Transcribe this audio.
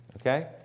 Okay